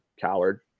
Coward